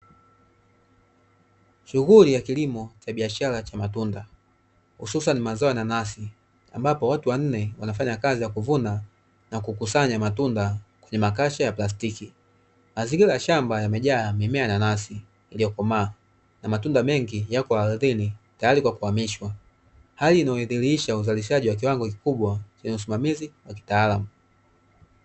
Shughuli ya kilimo cha biashara ya matunda hususani mazao ya nanasi ambapo watu wanne wanafanya kazi ya kuvuna na kukusanya matunda kwenye makasha ya plastiki. Mazingira ya shamba yamejaa mimea ya nanasi iliyo komaa na matunda mengi yapo ardhini tayari kwa kuhamishwa, hali inayodhihirisha uzalishaji wa kiwango kikubwa cha usimamizi wa kitaalamu.